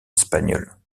espagnole